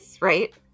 right